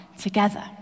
together